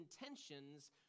intentions